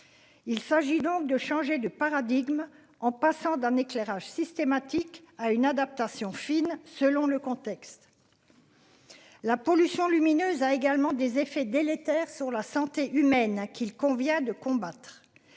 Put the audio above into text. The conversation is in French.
Il s'agit donc de changer de paradigme en passant d'un éclairage systématique à une adaptation fine, selon le contexte. La pollution lumineuse a également des effets délétères sur la santé humaine qu'il convient de combattre.